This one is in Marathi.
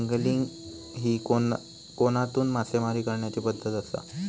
अँगलिंग ही कोनातून मासेमारी करण्याची पद्धत आसा